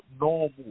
normal